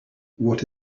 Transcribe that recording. what